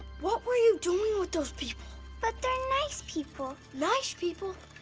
what were you doing with those people? but, they are nice people. nice people?